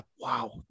Wow